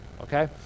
okay